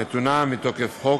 נתונה מתוקף חוק